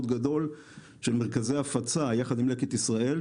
גדול של מרכזי הפצה יחד עם לקט ישראל,